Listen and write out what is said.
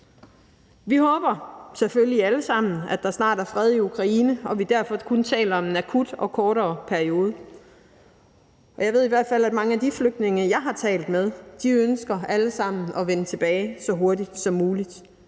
Vi håber selvfølgelig alle sammen, at der snart er fred i Ukraine, og at vi derfor kun taler om en akut og kortere periode, og jeg ved i hvert fald, at mange af de flygtninge, jeg har talt med, alle sammen ønsker at vende tilbage så hurtigt som muligt,